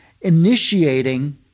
initiating